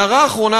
הערה אחרונה,